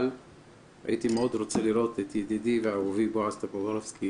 אבל הייתי מאוד רוצה לראות את ידידי ואהובי בועז טופורובסקי